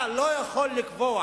אתה לא יכול לקבוע